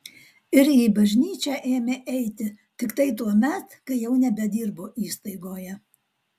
ir į bažnyčią ėmė eiti tiktai tuomet kai jau nebedirbo įstaigoje